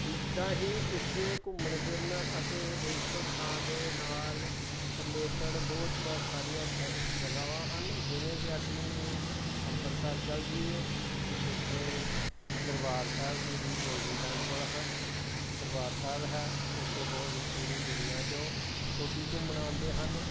ਇਸਦਾ ਹੀ ਇੱਥੇ ਘੁੰਮਣ ਫਿਰਨ ਅਤੇ ਦੇਸ਼ ਭਗਤਾਂ ਦੇ ਨਾਲ ਰਿਲੇਟਡ ਬਹੁਤ ਸਾਰੀਆਂ ਜਗ੍ਹਾ ਜਗ੍ਹਾ ਹਨ ਜਿਵੇਂ ਕਿ ਅਸੀਂ ਅੰਬਰਸਰ ਚੱਲ ਜਾਈਏ ਅਤੇ ਉੱਥੇ ਦਰਬਾਰ ਸਾਹਿਬ ਸ਼੍ਰੀ ਗੋਲਡਨ ਟੈਂਪਲ ਹੈ ਦਰਬਾਰ ਸਾਹਿਬ ਹੈ ਉੱਥੇ ਬਹੁਤ ਪੂਰੀ ਦੁਨੀਆਂ 'ਚੋਂ ਲੋਕ ਘੁੰਮਣ ਆਉਂਦੇ ਹਨ